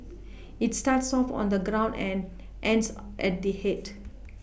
it starts off on the ground and ends at the head